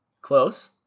close